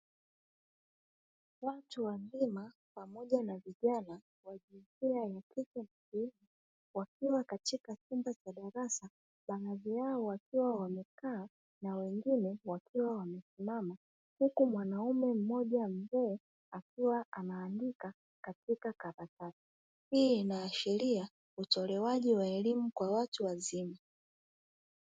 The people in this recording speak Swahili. Watu wazima pamoja na vijana wa jinsia ya kike, wakiwa katika chumba cha darasa baadhi yao wakiwa wamekaa na wengine wakiwa wamesimama huku mwanamume mmoja mzee akiwa anaandika katika karatasi hii inaashiria utolewaji wa elimu kwa watu wazima.